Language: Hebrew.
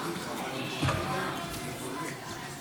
חבר הכנסת